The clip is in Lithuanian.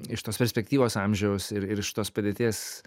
iš tos perspektyvos amžiaus ir ir iš tos padėties